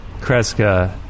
Kreska